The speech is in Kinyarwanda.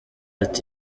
ati